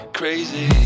crazy